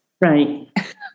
Right